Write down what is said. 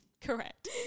Correct